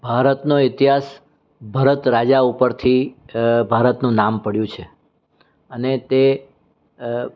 ભારતનો ઇતિહાસ ભરત રાજા ઉપરથી ભારતનું નામ પડ્યું છે અને તે